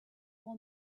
all